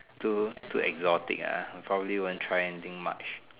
too too exotic ah I probably won't try anything much